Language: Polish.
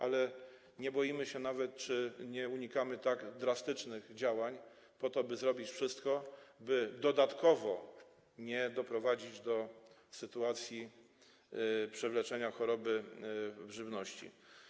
Ale nie boimy się czy nawet nie unikamy tak drastycznych działań po to, by zrobić wszystko, by dodatkowo nie doprowadzić do sytuacji przywleczenia choroby w żywności.